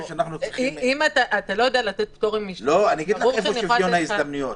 אתה לא יודע לתת פטורים --- אגיד לך איפה שוויון ההזדמנויות.